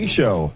Show